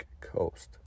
coast